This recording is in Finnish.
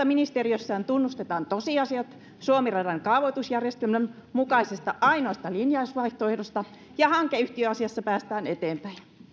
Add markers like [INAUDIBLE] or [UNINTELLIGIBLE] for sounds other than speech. [UNINTELLIGIBLE] ministeriössä tunnustetaan tosiasiat suomi radan kaavoitusjärjestelmän mukaisesta ainoasta linjausvaihtoehdosta ja hankeyhtiöasiassa päästään eteenpäin